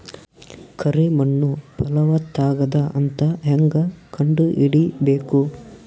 ಕರಿ ಮಣ್ಣು ಫಲವತ್ತಾಗದ ಅಂತ ಹೇಂಗ ಕಂಡುಹಿಡಿಬೇಕು?